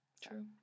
True